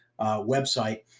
website